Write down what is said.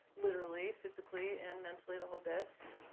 literally, physically and mentally, the whole bit.